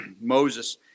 Moses